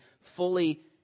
fully